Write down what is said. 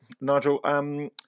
Nigel